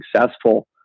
successful